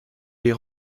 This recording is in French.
les